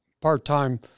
part-time